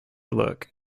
look